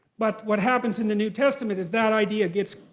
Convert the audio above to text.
but what happens in the new testament is that idea gets,